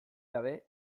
gabe